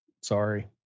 Sorry